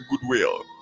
goodwill